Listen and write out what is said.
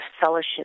fellowship